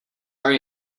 are